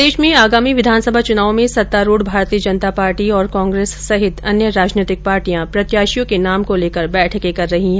प्रदेश में आगामी विधानसभा चुनाव में सत्तारूढ़ भारतीय जनता पार्टी और कांग्रेस सहित अन्य राजनैतिक पार्टियां प्रत्याशियों के नाम को लेकर बैठकें कर रही है